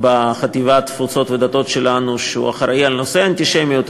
בחטיבת תפוצות ודתות שלנו שאחראי לנושא האנטישמיות.